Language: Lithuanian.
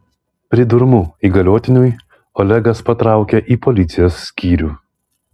pridurmu įgaliotiniui olegas patraukė į policijos skyrių